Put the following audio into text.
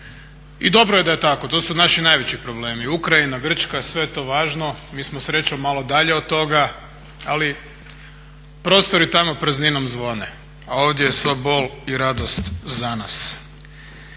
I dobro je da je tako, to su naši najveći problemi. Ukrajina, Grčka, sve je to važno. Mi smo srećom malo dalje od toga, ali prostori tamo prazninom zvone a ovdje je sva bol i radost za nas.